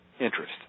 interest